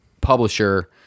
publisher